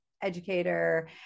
educator